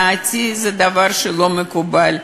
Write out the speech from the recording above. לדעתי, זה דבר שלא מקובל.